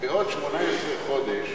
בעוד 18 חודש